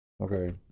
Okay